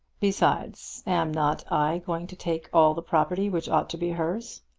besides, am not i going to take all the property which ought to be hers?